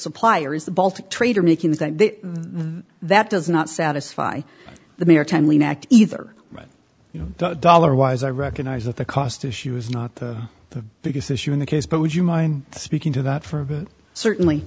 suppliers the baltic trader making is that that does not satisfy the maritime lien act either you know dollar wise i recognize that the cost issue is not the biggest issue in the case but would you mind speaking to that for a bit certainly